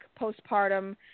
postpartum